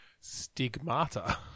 Stigmata